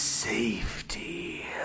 Safety